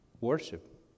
worship